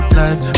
life